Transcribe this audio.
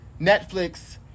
Netflix